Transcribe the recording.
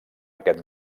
aquest